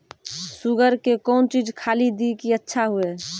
Sugar के कौन चीज खाली दी कि अच्छा हुए?